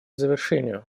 завершению